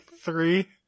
Three